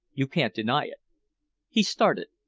you can't deny it he started.